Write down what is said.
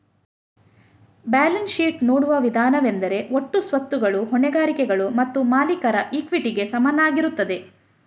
balance sheet ನೋಡುವ ವಿಧಾನವೆಂದರೆ ಒಟ್ಟು ಸ್ವತ್ತುಗಳು ಹೊಣೆಗಾರಿಕೆಗಳು ಮತ್ತು ಮಾಲೀಕರ ಇಕ್ವಿಟಿಗೆ ಸಮನಾಗಿರುತ್ತದೆ